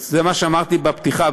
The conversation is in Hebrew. זה מה שאמרתי בפתיחה,